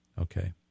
Okay